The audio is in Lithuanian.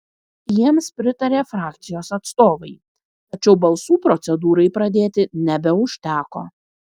jiems pritarė frakcijos atstovai tačiau balsų procedūrai pradėti nebeužteko